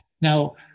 Now